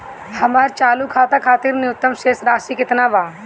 हमर चालू खाता खातिर न्यूनतम शेष राशि केतना बा?